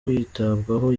kwitabwaho